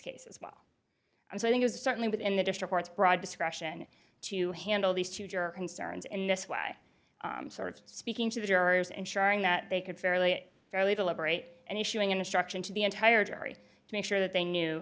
case as well and so i think it's certainly within the district or it's broad discretion to handle these two juror concerns in this way sort of speaking to the jurors ensuring that they could fairly fairly deliberate and issuing an instruction to the entire jury to make sure that they knew